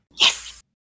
Yes